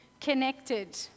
Connected